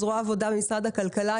זרוע העבודה במשרד הכלכלה.